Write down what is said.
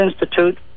Institute